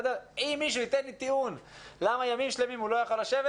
אם מישהו ייתן לי טיעון למה ימים שלמים הוא לא היה יכול לשבת,